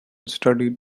studied